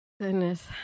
Goodness